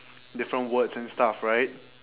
different words and stuff right